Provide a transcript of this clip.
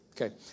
okay